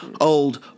old